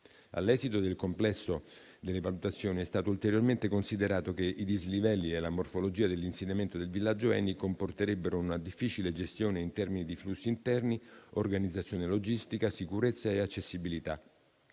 All'esito del complesso delle valutazioni, è stato ulteriormente considerato che i dislivelli e la morfologia dell'insediamento del villaggio ENI comporterebbero una difficile gestione in termini di flussi interni, organizzazione logistica, sicurezza e accessibilità.